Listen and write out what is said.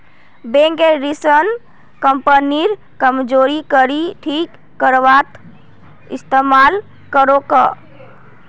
bank ऋणक कंपनीर कमजोर कड़ी ठीक करवात इस्तमाल करोक